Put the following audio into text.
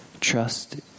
trust